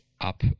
up